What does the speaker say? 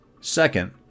Second